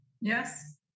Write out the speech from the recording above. Yes